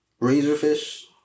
Razorfish